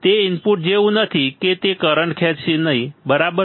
તે ઇનપુટ જેવું નથી કે તે કરંટ ખેંચશે નહીં બરાબર